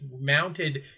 mounted